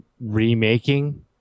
remaking